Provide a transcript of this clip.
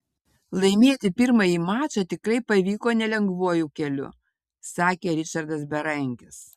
laimėti pirmąjį mačą tikrai pavyko nelengvuoju keliu sakė ričardas berankis